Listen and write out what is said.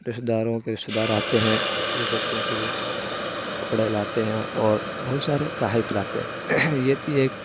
رشتے داروں کے رشتے دار آتے ہیں جو بچوں کے لیے کپڑے لاتے ہیں اور بہت سارے تحائف لاتے ہیں یہ تھی ایک